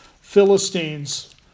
Philistines